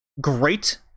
Great